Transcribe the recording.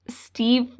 Steve